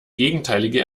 gegenteilige